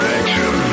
action